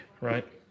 right